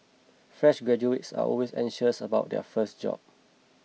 fresh graduates are always anxious about their first job